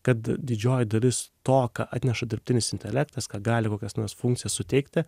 kad didžioji dalis to ką atneša dirbtinis intelektas ką gali kokias nors funkcijas suteikti